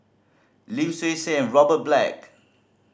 Lim Swee Say Robert Black